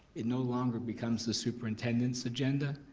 it no longer becomes the superintendent's agenda,